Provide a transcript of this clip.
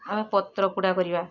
ଆଉ ପତ୍ର ପୋଡ଼ା କରିବା